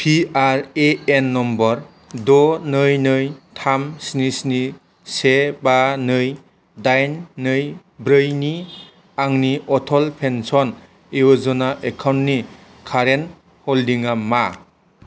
P R A N number द' नै नै थाम स्नि स्नि से बा नै दाइन नै ब्रैनि आंनि अटल पेन्सन य'जना एकाउन्टनि कारेन्ट हल्डिंआ मा